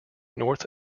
north